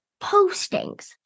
postings